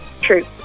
True